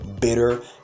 bitter